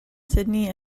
sydney